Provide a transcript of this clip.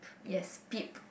yes beep